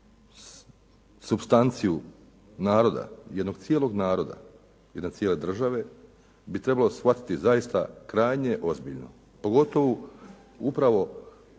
supstanciju naroda, jednog cijelog naroda, jedne cijele države bi trebalo shvatiti zaista krajnje ozbiljno, pogotovo upravo